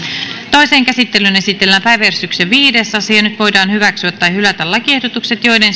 toiseen käsittelyyn esitellään päiväjärjestyksen viides asia nyt voidaan hyväksyä tai hylätä lakiehdotukset joiden